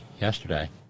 yesterday